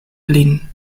lin